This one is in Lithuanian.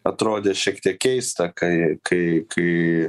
atrodė šiek tiek keista kai kai kai